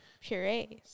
purees